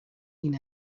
این